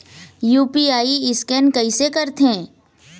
UPI scan कइसे करथे?